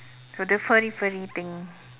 so the furry furry thing